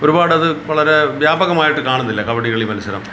ഒരുപാടത് വളരേ വ്യാപകമായിട്ട് കാണുന്നില്ല കബഡി കളി മത്സരം